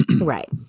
Right